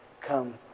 Come